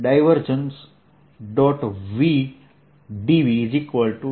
Divergence theorem